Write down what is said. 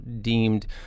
deemed